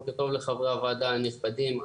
בוקר טוב לחברי הוועדה הנכבדים.